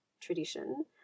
tradition